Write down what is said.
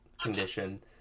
condition